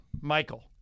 Michael